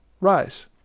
rise